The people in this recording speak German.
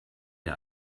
der